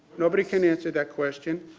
nobody can answer that question.